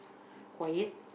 quiet